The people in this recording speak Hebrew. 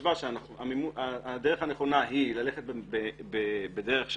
וחשבה שהדרך הנכונה היא ללכת בדרך של